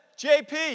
JP